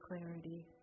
clarity